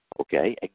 okay